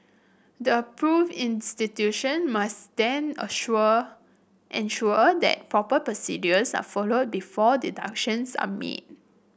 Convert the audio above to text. the approved institution must then assure ensure that proper procedures are followed before deductions are made